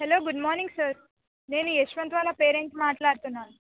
hello good morning sir నేను యశ్వంత్ వాళ్ళ పేరెంట్ని మాట్లాడుతున్నాను